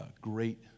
great